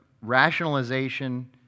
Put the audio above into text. rationalization